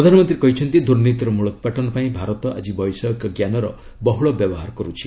ପ୍ରଧାନମନ୍ତ୍ରୀ କହିଛନ୍ତି ଦୁର୍ନୀତିର ମୂଳୋତ୍ପାଟନ ପାଇଁ ଭାରତ ଆଜି ବୈଷୟିକ ଜ୍ଞାନର ବହକ ବ୍ୟବହାର କର୍ରଛି